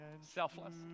selfless